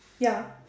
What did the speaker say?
ya